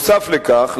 נוסף על כך,